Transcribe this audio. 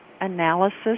analysis